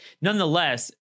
Nonetheless